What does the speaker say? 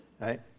right